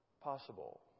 possible